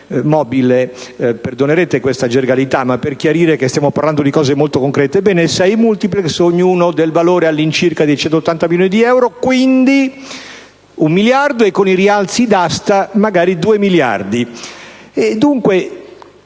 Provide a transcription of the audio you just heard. che stiamo parlando di cose molto concrete.